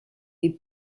est